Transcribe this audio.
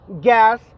gas